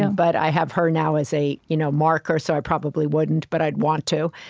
and but i have her, now, as a you know marker, so i probably wouldn't, but i'd want to.